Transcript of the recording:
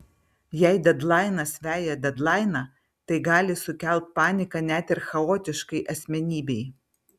jei dedlainas veja dedlainą tai gali sukelt paniką net ir chaotiškai asmenybei